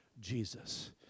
Jesus